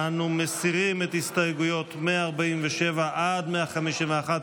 אנו מסירים את הסתייגויות 147 עד 151,